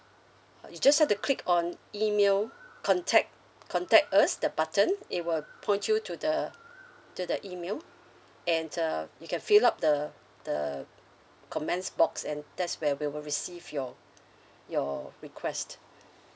uh you just have to click on email contact contact us the button it will point you to the to the email and uh you can fill up the the comments box and that's where we will receive your your request